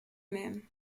même